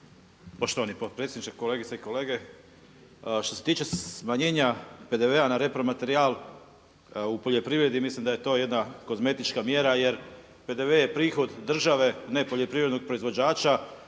Poštovani potpredsjedniče, kolegice i kolege što se tiče smanjenja PDV-a na repromaterijal u poljoprivredi mislim da je to jedna kozmetička mjera jer PDV je prihod države ne poljoprivrednog proizvođača